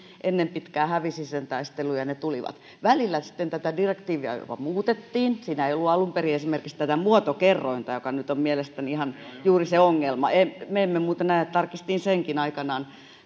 ennen pitkää hävisi sen taistelun ja ne tulivat välillä sitten direktiiviä jopa muutettiin siinä ei ollut alun perin esimerkiksi tätä muotokerrointa joka nyt on mielestäni ihan juuri se ongelma me emme muuten aja tarkistin senkin aikanaan